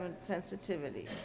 sensitivity